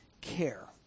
care